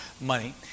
money